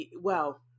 Well-